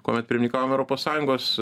kuomet pimininkavom europos sąjungos